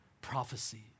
prophecy